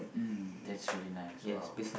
mm that's really nice !wow!